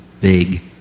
big